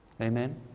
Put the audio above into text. Amen